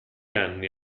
anni